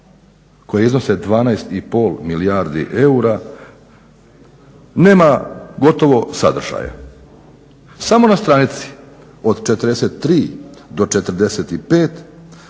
koje iznose 12,5 milijardi eura nema gotovog sadržaja? Samo na stranicama od 43. do 45.